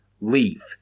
leave